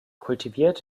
kultiviert